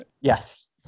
Yes